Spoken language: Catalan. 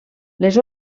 les